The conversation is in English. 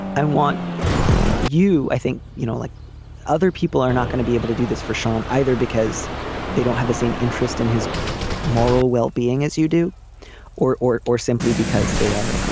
i want you. i think you know like other people are not going to be able to do this for sean either because they don't have the same interest in his moral well-being as you do or or simply because they are